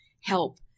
help